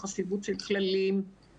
החשיבות של כללים,